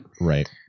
right